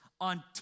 on